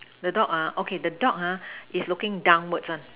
the dog ah okay the dog ah is looking downwards one